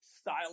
style